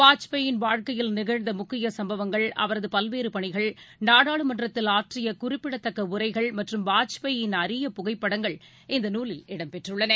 வாஜ்பாயின் வாழ்க்கையில் நிகழ்ந்த முக்கிய சுப்பவங்கள் அவரது பல்வேறு பணிகள் நாடாளுமன்றத்தில் ஆற்றிய குறிப்பிடத்தக்க உரைகள் மற்றும் வாஜ்பாயின் அரிய புகைப்படங்கள்இந்த நூலில் இடம்பெற்றுள்ளன